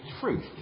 truth